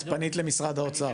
את פנית למשרד האוצר,